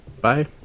Bye